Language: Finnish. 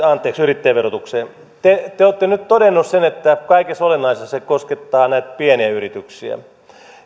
anteeksi yrittäjäverotukseen te te olette nyt todennut sen että kaikista olennaisimmin se koskettaa näitä pieniä yrityksiä